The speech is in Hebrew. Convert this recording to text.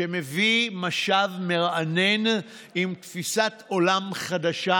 שמביא משב רוח מרענן עם תפיסת עולם חדשה,